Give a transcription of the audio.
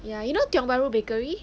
you know tiong bahru bakery